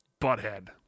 butthead